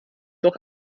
doch